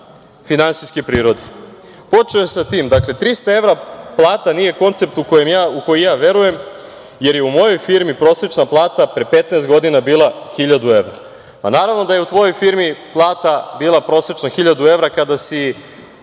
finansijske prirode. Počeo je sa tim, dakle 300 evra plata nije koncept u koji ja verujem, jer je u mojoj firmi prosečna plata pre 15 godina bila 1000 evra. Naravno da je u tvojoj firmi plata prosečna bila 1000 evra, kada si